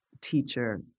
teacher